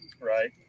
Right